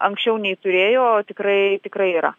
anksčiau nei turėjo tikrai tikrai yra